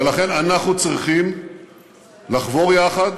ולכן אנחנו צריכים לחבור יחד